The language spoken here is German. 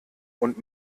und